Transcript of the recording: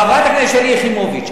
חברת הכנסת שלי יחימוביץ,